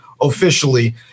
officially